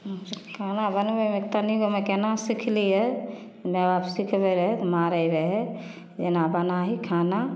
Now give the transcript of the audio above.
खाना बनबैमे तनिगोमे कोना सिखलिए माइबाप सिखबै रहै मारै रहै एना बनाही खाना